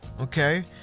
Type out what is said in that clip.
Okay